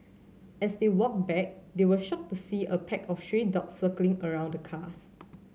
as they walked back they were shocked to see a pack of stray dogs circling around the cars